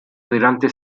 adelante